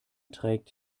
trägt